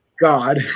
God